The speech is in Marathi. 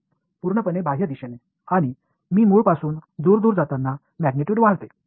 पूर्णपणे बाह्य दिशेने आणि मी मूळपासून दूर दूर जाताना मॅग्नीट्यूड वाढेल